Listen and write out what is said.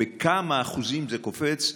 בכמה אחוזים זה קופץ,